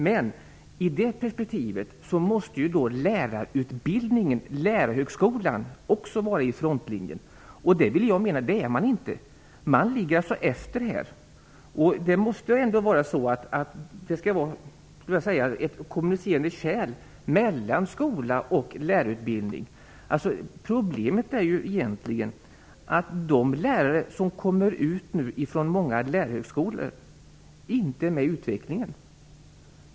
Men i det perspektivet måste även lärarutbildningen och lärarhögskolorna vara i frontlinjen, och jag menar att de inte är det. De ligger efter här. Det måste ju ändå finnas ett kommunicerande kärl mellan skola och lärarutbildning. Problemet är egentligen att de lärare som kommer ut från många lärarhögskolor inte är med i utvecklingen.